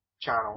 channel